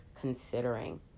considering